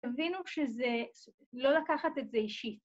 תבינו שזה... לא לקחת את זה אישית.